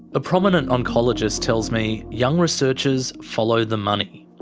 a prominent oncologist tells me young researchers follow the money.